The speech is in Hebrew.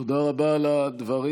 תודה רבה לדברים.